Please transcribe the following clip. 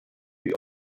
wir